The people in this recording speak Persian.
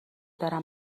برم